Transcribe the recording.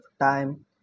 time